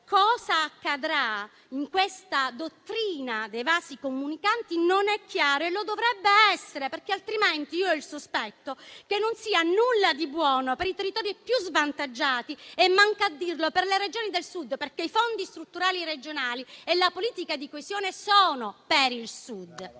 cosa accadrà in questa dottrina dei vasi comunicanti non è ancora chiaro, mentre dovrebbe esserlo, altrimenti ho il sospetto che non si tratti di nulla di buono per i territori più svantaggiati e, neanche a dirlo, per le Regioni del Sud. Questo perché i fondi strutturali regionali e la politica di coesione sono per il Sud.